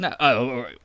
No